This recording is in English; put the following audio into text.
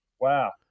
wow –